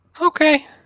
Okay